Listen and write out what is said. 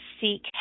seek